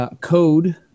Code